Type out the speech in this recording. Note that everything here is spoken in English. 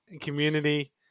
community